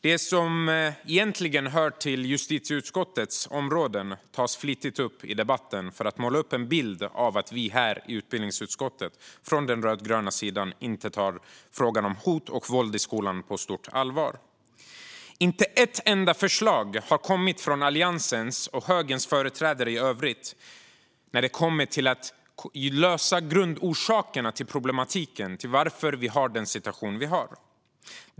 Det som egentligen hör till justitieutskottets område tas flitigt upp i debatten för att måla upp en bild av att vi från den rödgröna sidan i utbildningsutskottet inte tar frågan om hot och våld i skolan på stort allvar. Inte ett enda förslag har kommit från Alliansens och högerns företrädare i övrigt när det kommer till att lösa grundorsakerna till problematiken, varför vi har den situation vi har.